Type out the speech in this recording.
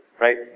right